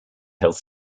health